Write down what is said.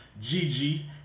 Gigi